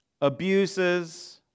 abuses